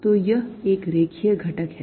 तो यह एक रेखीय घटक है